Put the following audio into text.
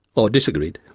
or disagreed.